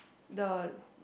the